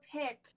pick